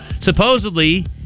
Supposedly